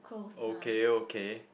okay okay